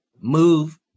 Move